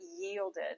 yielded